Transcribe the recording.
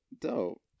Dope